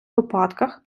випадках